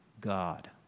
God